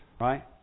right